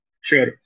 sure